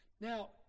Now